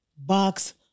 Box